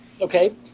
Okay